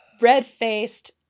red-faced